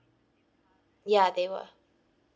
ya they were